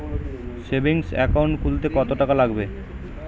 Savings account খুলতে কতটাকা লাগবে?